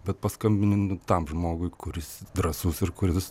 bet paskambinu tam žmogui kuris drąsus ir kuris